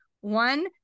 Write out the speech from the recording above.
One